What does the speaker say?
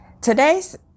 today's